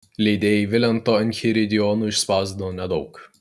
leidėjai vilento enchiridionų išspausdino nedaug